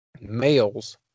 males